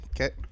Okay